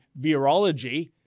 virology